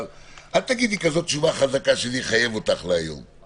אבל אל תגידי תשובה כזאת חזקה שזה יחייב אותך להיום,